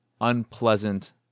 unpleasant